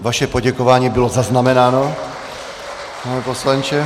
Vaše poděkování bylo zaznamenáno, pane poslanče.